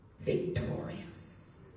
victorious